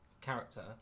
character